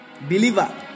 Believer